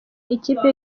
ikipe